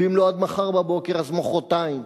ואם לא עד מחר בבוקר אז עד מחרתיים,